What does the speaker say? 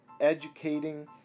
educating